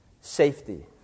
Safety